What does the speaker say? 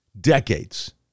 Decades